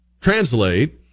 translate